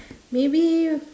maybe